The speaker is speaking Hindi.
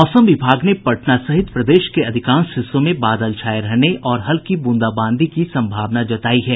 मौसम विभाग ने पटना सहित प्रदेश के अधिकांश हिस्सों में बादल छाये रहने और हल्की ब्रंदाबांदी की संभावना जतायी है